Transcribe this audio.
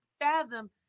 fathom